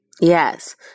Yes